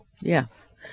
Yes